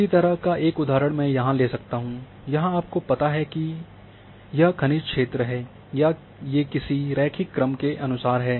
इसी तरह का एक उदाहरण मैं यहाँ ले सकता हूं यहाँ आपको पता है कि खनिज क्षेत्र है या ये किसी रैखिक क्रम के अनुसार है